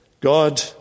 God